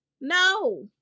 No